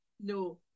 No